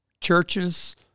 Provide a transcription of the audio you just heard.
churches